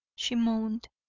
she moaned.